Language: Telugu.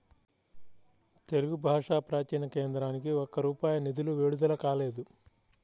తెలుగు భాషా ప్రాచీన కేంద్రానికి ఒక్క రూపాయి నిధులు విడుదల కాలేదు